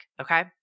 okay